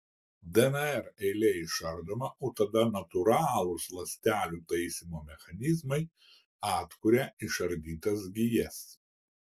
dnr eilė išardoma o tada natūralūs ląstelių taisymo mechanizmai atkuria išardytas gijas